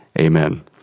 Amen